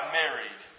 married